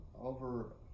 over